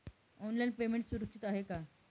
Online payment सुरक्षित आहे का?